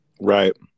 right